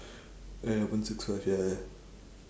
ya ya one six five ya ya